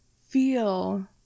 feel